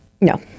No